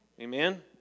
Amen